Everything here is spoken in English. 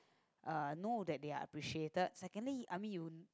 uh know that they're appreciated secondly I mean you